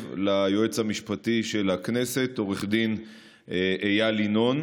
ליועץ המשפטי של הכנסת עו"ד איל ינון.